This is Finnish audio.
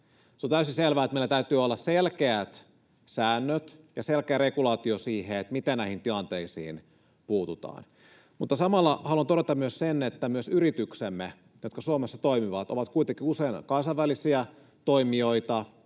Se on täysin selvä, että meillä täytyy olla selkeät säännöt ja selkeä regulaatio siihen, miten näihin tilanteisiin puututaan. Samalla haluan todeta myös sen, että yrityksemme, jotka Suomessa toimivat, ovat kuitenkin usein kansainvälisiä toimijoita,